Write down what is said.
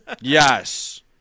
Yes